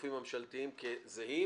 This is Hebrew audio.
הגופים הממשלתיים זהים,